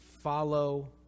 Follow